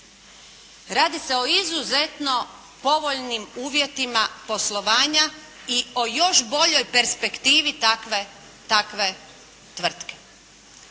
Radi se o izuzetno povoljnim uvjetima poslovanja i o još boljoj perspektivi takve tvrtke.